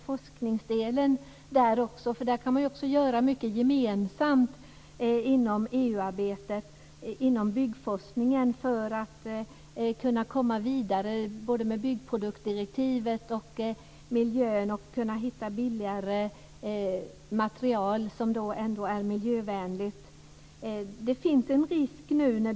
När det gäller byggforskning kan man göra mycket gemensamt inom EU-arbetet, för att komma vidare med byggproduktdirektivet och hitta billigare material som ändå är miljövänliga.